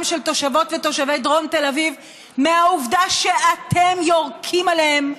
של תושבות ותושבי דרום תל אביב מהעובדה שאתם יורקים עליהם,